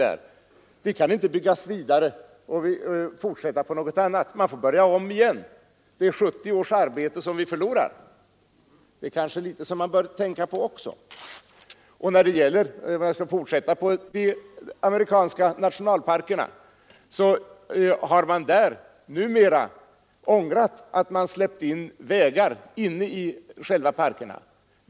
Man får börja om igen, och 70 års arbete går förlorat. Det är kanske också något att tänka på. För att fortsätta med de amerikanska nationalparkerna vill jag nämna att man där numera har ångrat att man släppte in vägar i själva parkerna.